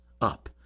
up